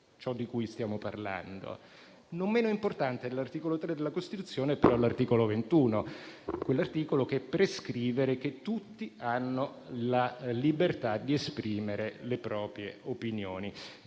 Non meno importante dell'articolo 3 della Costituzione è però l'articolo 21, che prescrive che tutti hanno la libertà di esprimere le proprie opinioni.